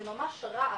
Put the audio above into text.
זה ממש רעל,